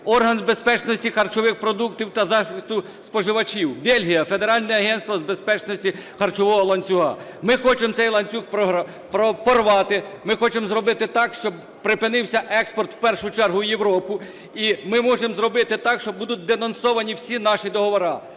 Орган з безпечності харчових продуктів та захисту споживачів. Бельгія – Федеральне агентство з безпечності харчового ланцюга. Ми хочемо цей ланцюг порвати, ми хочемо зробити так, щоб припинився експорт, в першу чергу, в Європу. І ми можемо зробити так, що будуть денонсовані всі наші договори.